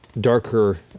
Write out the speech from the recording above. darker